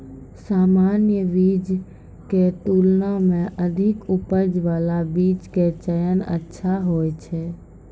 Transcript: सामान्य बीज के तुलना मॅ अधिक उपज बाला बीज के चयन अच्छा होय छै